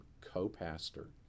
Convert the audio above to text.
co-pastor